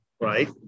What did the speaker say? Right